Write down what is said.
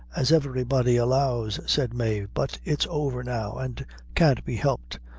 as every body allows, said mave, but it's over now, and can't be helped.